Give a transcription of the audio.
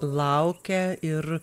laukia ir